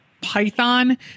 python